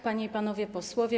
Panie i Panowie Posłowie!